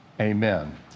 amen